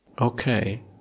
okay